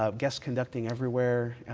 ah guest-conducting everywhere,